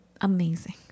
amazing